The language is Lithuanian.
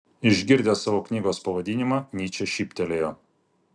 išgirdęs savo knygos pavadinimą nyčė šyptelėjo